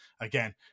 again